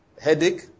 headache